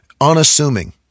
unassuming